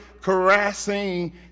caressing